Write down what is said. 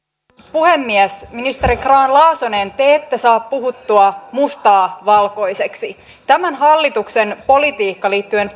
puhemies ministeri grahn laasonen te ette saa puhuttua mustaa valkoiseksi tämän hallituksen politiikka liittyen